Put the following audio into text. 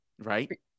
Right